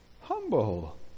humble